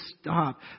stop